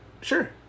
Sure